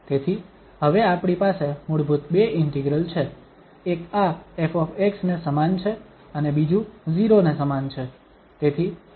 તેથી હવે આપણી પાસે મૂળભૂત બે ઇન્ટિગ્રલ છે એક આ 𝑓 ને સમાન છે અને બીજું 0 ને સમાન છે